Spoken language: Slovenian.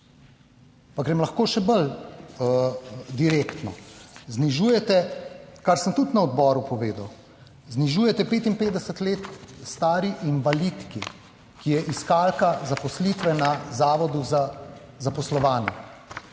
Pa grem lahko še bolj direktno. Znižujete, kar sem tudi na odboru povedal, znižujete 55 let stari invalidki, ki je iskalka zaposlitve na Zavodu za zaposlovanje.